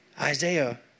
Isaiah